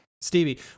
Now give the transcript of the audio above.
Stevie